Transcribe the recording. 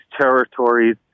territories